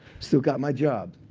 still got my job,